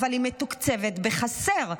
אבל היא מתוקצבת בחסר.